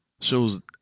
shows